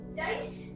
dice